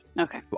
Okay